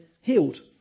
healed